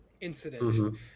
incident